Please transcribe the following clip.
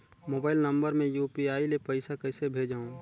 Mobile number मे UPI ले पइसा कइसे भेजवं?